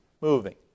moving